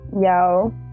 Yo